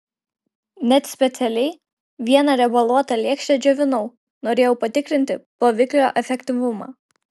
net specialiai vieną riebaluotą lėkštę džiovinau norėjau patikrinti ploviklio efektyvumą